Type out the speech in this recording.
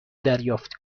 دریافت